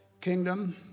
kingdom